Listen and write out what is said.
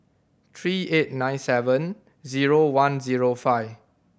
three eight nine seven zero one zero five